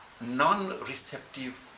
non-receptive